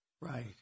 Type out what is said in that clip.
Right